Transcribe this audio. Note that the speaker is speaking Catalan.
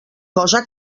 cosa